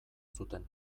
zuten